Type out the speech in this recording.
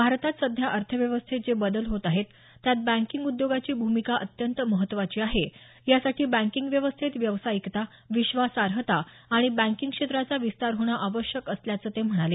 भारतात सध्या अर्थव्यवस्थेत जे बदल होत आहेत त्यात बँकिंग उद्योगाची भूमिका अत्यंत महत्त्वाची आहे यासाठी बँकिंग व्यवस्थेत व्यावसायिकता विश्वासार्हता आणि बँकिंग क्षेत्राचा विस्तार होणं आवश्यक असल्याचं ते म्हणाले